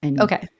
Okay